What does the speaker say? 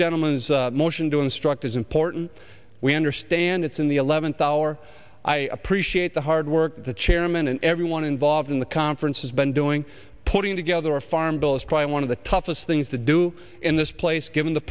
gentleman's motion to instruct is important we understand it's in the eleventh hour i appreciate the hard work that the chairman and everyone involved in the conference has been doing putting together a farm bill is trying one of the toughest things to do in this place given the